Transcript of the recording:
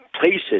places